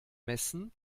messen